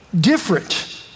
different